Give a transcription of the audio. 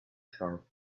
sharp